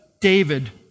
David